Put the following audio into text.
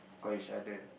call each other